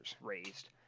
raised